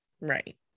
Right